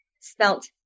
spelt